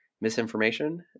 misinformation